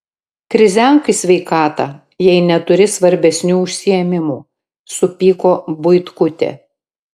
krizenk į sveikatą jei neturi svarbesnių užsiėmimų supyko buitkutė